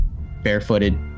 barefooted